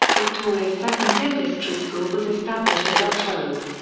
victoria's second dentistry school was established at la trobe.